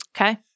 Okay